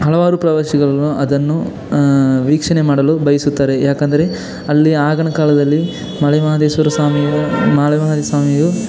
ಹಲವಾರು ಪ್ರವಾಸಿಗರು ಅದನ್ನು ವೀಕ್ಷಣೆ ಮಾಡಲು ಬಯಸುತ್ತಾರೆ ಯಾಕೆಂದರೆ ಅಲ್ಲಿ ಆಗಿನ ಕಾಲದಲ್ಲಿ ಮಲೆ ಮಹದೇಶ್ವರ ಸ್ವಾಮಿ ಮಲೆಮಹದೇಶ್ವರ ಸ್ವಾಮಿಯು